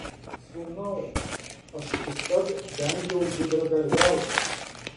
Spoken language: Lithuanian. sūnau aš visad vengiau gudragalviauti